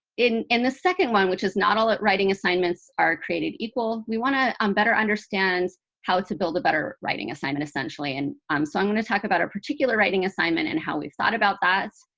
in in this second one, which is not all writing assignments are created equal, we want to um better understand how to build a better writing assignment essentially. and um so i'm going to talk about a particular writing assignment and how we thought about that.